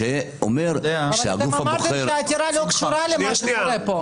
שאומר שהגוף הבוחר --- אבל אתם אמרתם שהעתירה לא קשורה למה שקורה פה.